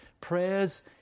prayers